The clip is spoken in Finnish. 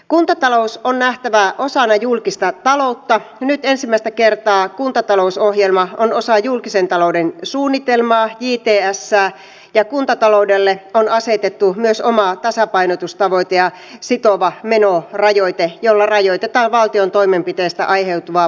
kuntatalous on nähtävä osana julkista taloutta ja nyt ensimmäistä kertaa kuntatalousohjelma on osa julkisen talouden suunnitelmaa jtsää ja kuntataloudelle on asetettu myös oma tasapainotustavoite ja sitova menorajoite jolla rajoitetaan valtion toimenpiteistä aiheutuvaa painetta